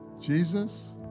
Jesus